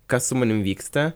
kas su manim vyksta